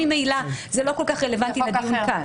הדיון כאן